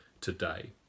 today